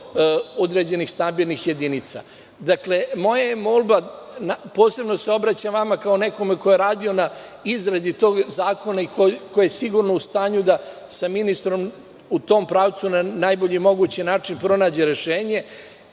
određenih stambenih jedinica. Dakle, moja je molba, posebno se obraćam vama, kao nekome ko je radio na izradi tog zakona i ko je sigurno u stanju da sa ministrom u tom pravcu, na najbolji mogući način pronađe rešenje,